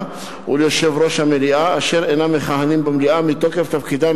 וליושב-ראש המליאה אשר אינם מכהנים במליאה מתוקף תפקידם